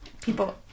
People